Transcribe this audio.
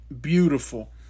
beautiful